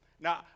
Now